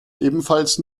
ebenfalls